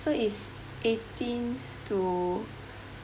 so is eighteen to